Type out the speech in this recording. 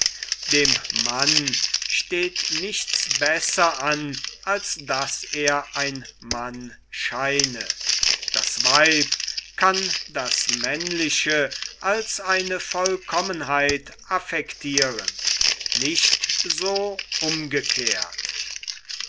dem mann steht nichts besser an als daß er ein mann scheine das weib kann das männliche als eine vollkommenheit affektiren nicht so umgekehrt